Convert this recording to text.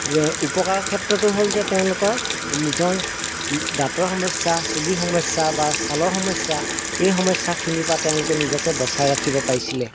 যে উপকাৰ ক্ষেত্ৰতো হ'ল যে তেওঁলোকৰ নিজৰ দাঁতৰ সমস্যা চুলিৰ সমস্যা বা চালৰ সমস্যা এই সমস্যাখিনিৰ পা তেওঁলোকে নিজকে বচাই ৰাখিব পাৰিছিলে